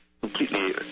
completely